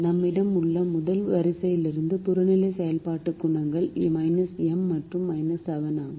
நம்மிடம் உள்ள முதல் வரிசையிலிருந்து புறநிலை செயல்பாடு குணகங்கள் M மற்றும் 7 ஆகும்